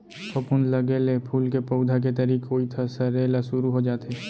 फफूंद लगे ले फूल के पउधा के तरी कोइत ह सरे ल सुरू हो जाथे